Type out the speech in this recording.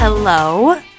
hello